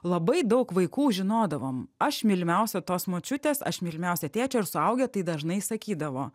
labai daug vaikų žinodavom aš mylimiausia tos močiutės aš mylimiausia tėčio ir suaugę tai dažnai sakydavo